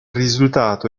risultato